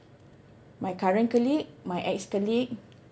my current colleague my ex-colleague